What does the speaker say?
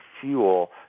fuel